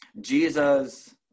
Jesus